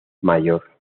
mayor